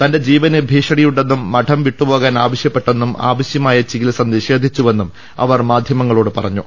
തന്റെ ജീവന് ഭീഷണിയുണ്ടെന്നും മഠം വിട്ടുപോകാൻ ആവശ്യപ്പെട്ടെന്നും ആവശ്യമായ ചികിത്സനിഷേധിച്ചെന്നും അവർ മാധ്യമങ്ങളോട് പറഞ്ഞു